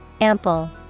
Ample